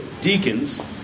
deacons